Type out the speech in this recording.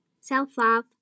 self-love